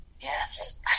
Yes